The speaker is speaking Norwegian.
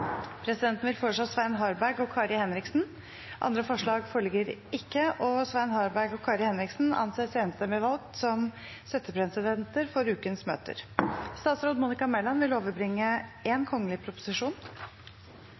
Presidenten vil foreslå Svein Harberg og Kari Henriksen. – Andre forslag foreligger ikke, og Svein Harberg og Kari Henriksen anses enstemmig valgt som settepresidenter for ukens møter. Før sakene på dagens kart tas opp til behandling, vil